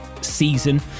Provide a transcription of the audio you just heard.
season